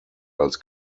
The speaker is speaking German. als